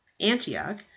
antioch